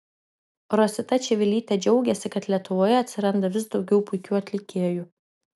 rosita čivilytė džiaugėsi kad lietuvoje atsiranda vis daugiau puikių atlikėjų